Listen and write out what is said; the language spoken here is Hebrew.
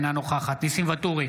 אינה נוכחת ניסים ואטורי,